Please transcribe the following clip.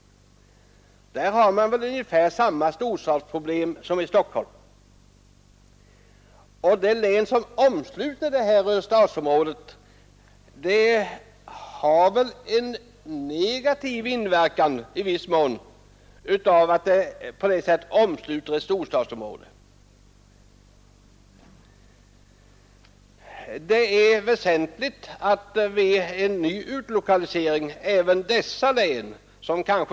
Där har man ungefär samma storstadsproblem som i Stockholm. L län, som omsluter Örestadsområdet, påverkas i viss mån negativt av detta. Det är väsentligt att vid en ny utlokalisering även detta län kommer i åtanke i ett blivande förslag.